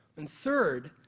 and third,